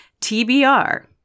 TBR